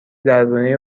دربارهی